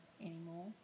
anymore